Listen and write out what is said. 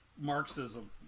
Marxism